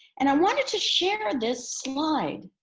and i wanted to share this slide,